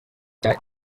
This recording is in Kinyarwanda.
cya